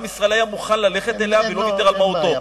ישראל היה מוכן ללכת אליה ולא ויתר על מהותו.